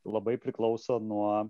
labai priklauso nuo